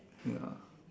ya